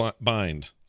Bind